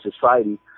society